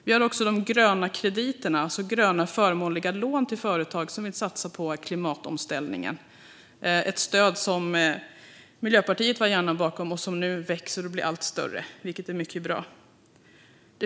Vi har också de gröna krediterna, alltså gröna förmånliga lån till företag som vill satsa på klimatomställningen. Det är ett stöd som Miljöpartiet var hjärnan bakom och som nu växer och blir allt större, vilket är mycket bra.